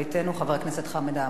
חבר הכנסת חמד עמאר,